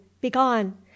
begone